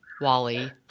Wally